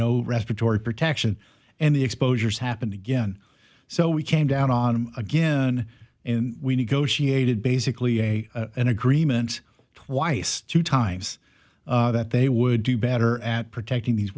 no respiratory protection and the exposures happened again so we came down on him again and we negotiated basically a an agreement twice two times that they would do better at protecting these